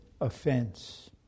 offense